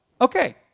Okay